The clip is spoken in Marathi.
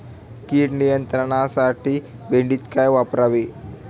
कीड नियंत्रणासाठी भेंडीत काय वापरावे?